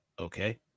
okay